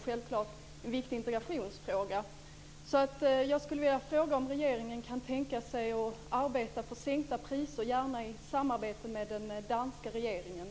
Dessutom är det självfallet en viktig integrationsfråga.